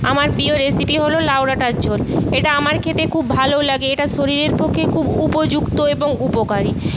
আমার প্রিয় রেসিপি হলো লাউ ডাঁটার ঝোল এটা আমার খেতে খুব ভালো লাগে এটা শরীরের পক্ষে খুব উপযুক্ত এবং উপকারী